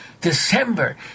December